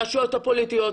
לרשויות הפוליטיות,